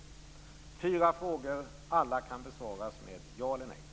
Detta var fyra frågor. Alla kan besvaras med ett ja eller ett nej.